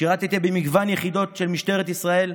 שירתי במגוון יחידות של משטרת ישראל.